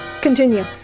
Continue